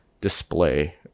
display